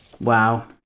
Wow